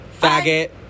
faggot